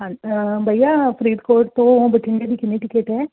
ਹਾਂ ਭਈਆ ਫਰੀਦਕੋਟ ਤੋਂ ਬਠਿੰਡੇ ਦੀ ਕਿੰਨੀ ਟਿਕਟ ਹੈ